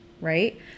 Right